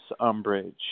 Umbridge